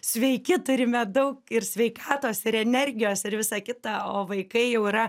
sveiki turime daug ir sveikatos ir energijos ir visa kita o vaikai jau yra